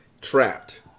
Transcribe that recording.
Trapped